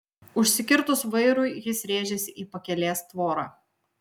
užsikirtus vairui jis rėžėsi į pakelės tvorą